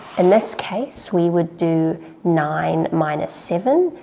in this case, we would do nine minus seven,